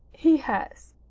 he has.